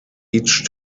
each